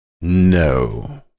No